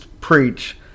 preach